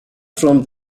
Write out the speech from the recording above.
from